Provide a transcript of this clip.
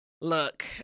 Look